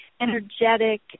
energetic